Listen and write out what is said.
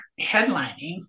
headlining